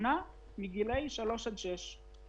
שונה מגילאי שלוש עד שש.